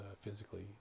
physically